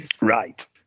right